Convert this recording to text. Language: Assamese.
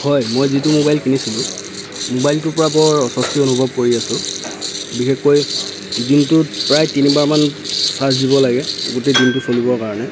হয় মই যিটো মোবাইল কিনিছিলোঁ মোবাইলটোৰ পৰা বৰ অস্বস্তি অনুভৱ কৰি আছোঁ বিশেষকৈ দিনটোত প্ৰায় তিনিবাৰমান ছাৰ্জ দিব লাগে গোটেই দিনটো চলিবৰ কাৰণে